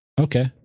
Okay